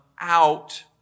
out